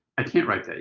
i can't write that